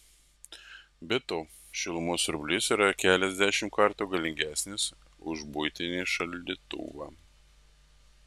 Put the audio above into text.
be to šilumos siurblys yra keliasdešimt kartų galingesnis už buitinį šaldytuvą